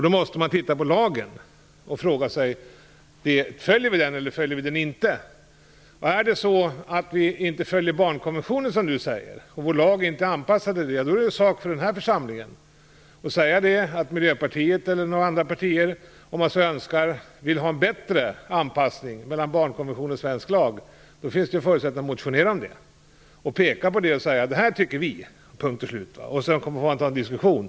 Då måste man titta på lagen och fråga sig: Följer vi den, eller följer vi den inte? Är det så att vi inte, som du säger, följer barnkonventionen och vår lag inte är anpassad till den, då är det en sak för den här församlingen att säga att t.ex. Miljöpartiet - om man nu så önskar - vill ha en bättre anpassning när det gäller barnkonventionen och den svenska lagen. Då finns det förutsättningar att motionera om det och peka på vad man tycker. Man får säga: Det här tycker vi. Sedan får vi ha en diskussion.